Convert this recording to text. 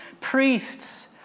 priests